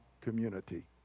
community